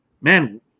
man